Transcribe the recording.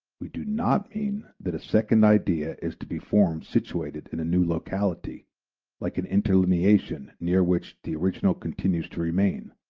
we do not mean that a second idea is to be formed situated in a new locality like an interlineation near which the original continues to remain